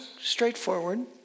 straightforward